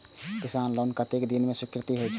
किसान लोन कतेक दिन में स्वीकृत होई छै?